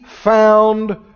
found